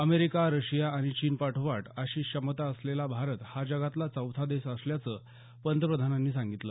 America Russia आणि चीन पाठोपाठ अशी क्षमता असलेला भारत हा जगातला चौथा देश असल्याचं पंतप्रधानांनी सांगितलं